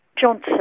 Johnson